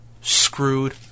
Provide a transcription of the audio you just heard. screwed